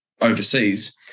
overseas